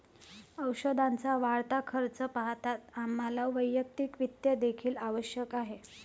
औषधाचा वाढता खर्च पाहता आम्हाला वैयक्तिक वित्त देखील आवश्यक आहे